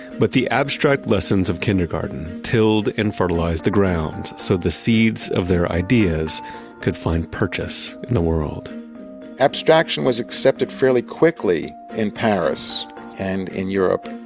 but the abstract lessons of kindergarten tilled and fertilize the ground so the seeds of their ideas could find purchase in the world abstraction was accepted fairly quickly in paris and in europe,